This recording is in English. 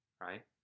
right